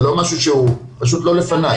זה פשוט לא לפניי.